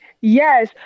Yes